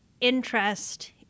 interest